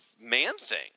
Man-Thing